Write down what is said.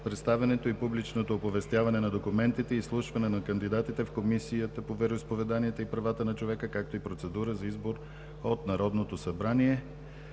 представянето и публичното оповестяване на документите и изслушването на кандидатите в Комисията по вероизповеданията и правата на човека, както и процедурата за избор от Народното събрание